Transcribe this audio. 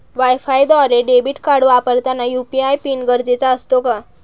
वायफायद्वारे debit card वापरताना UPI PIN गरजेचा असतो का?